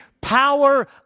power